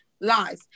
lies